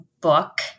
book